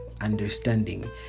understanding